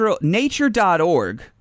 nature.org